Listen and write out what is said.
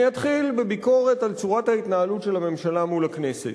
אני אתחיל בביקורת על צורת ההתנהלות של הממשלה מול הכנסת.